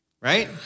right